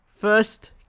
first